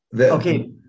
Okay